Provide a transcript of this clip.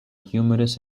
humorous